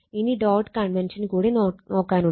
ഇനി dot convention കൂടി നോക്കാനുണ്ട്